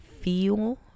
feel